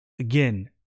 Again